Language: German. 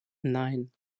nein